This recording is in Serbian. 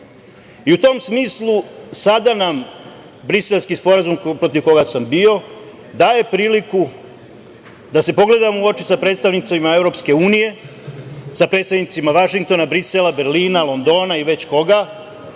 U tom smislu, sada nam Briselski sporazum, protiv koga sam bio, daje priliku da se pogledamo u oči sa predstavnicima EU, sa predstavnicima Vašingtona, Brisela, Berlina, Londona i već koga,